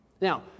Now